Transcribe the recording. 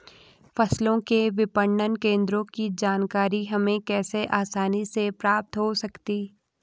फसलों के विपणन केंद्रों की जानकारी हमें कैसे आसानी से प्राप्त हो सकती?